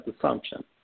assumption